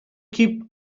keep